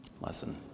lesson